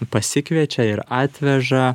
pasikviečia ir atveža